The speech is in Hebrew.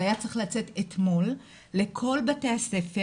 זה היה צריך לצאת אתמול לכל בתי הספר.